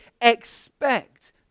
expect